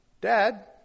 Dad